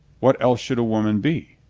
what else should a woman be?